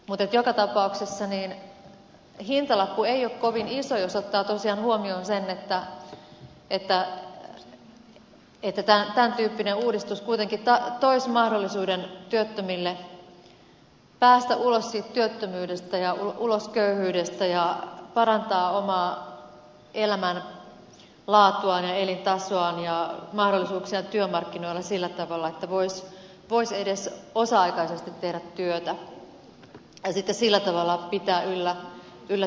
mutta joka tapauksessa hintalappu ei ole kovin iso jos ottaa tosiaan huomioon sen että tämän tyyppinen uudistus kuitenkin toisi mahdollisuuden työttömille päästä ulos siitä työttömyydestä ja ulos köyhyydestä ja parantaa omaa elämänlaatuaan ja elintasoaan ja mahdollisuuksiaan työmarkkinoilla sillä tavalla että voisi edes osa aikaisesti tehdä työtä ja sitten sillä tavalla pitää yllä työkykyään